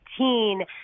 2018